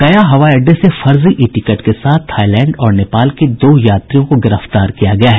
गया हवाई अड्डे से फर्जी ई टिकट के साथ थाईलैंड और नेपाल के दो यात्रियों को गिरफ्तार किया गया है